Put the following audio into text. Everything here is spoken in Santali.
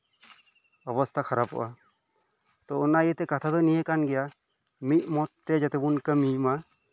ᱚᱵᱚᱥᱛᱷᱟ ᱠᱷᱟᱨᱚᱜᱼᱟ ᱚᱱᱟ ᱤᱭᱟᱹᱛᱮ ᱠᱟᱛᱷᱟ ᱫᱚ ᱱᱤᱭᱟᱹ ᱠᱟᱱ ᱠᱟᱱ ᱜᱮᱭᱟ ᱢᱤᱫ ᱢᱚᱛᱛᱮ ᱡᱷᱚᱛᱚ ᱵᱚᱱ ᱠᱟᱹᱢᱤᱢᱟ